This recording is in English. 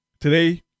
Today